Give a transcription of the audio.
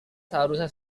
seharusnya